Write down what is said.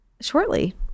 shortly